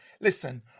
listen